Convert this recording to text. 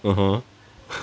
(uh huh)